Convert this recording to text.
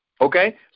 Okay